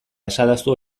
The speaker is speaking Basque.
esadazu